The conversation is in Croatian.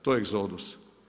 To je egzodus.